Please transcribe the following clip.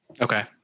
okay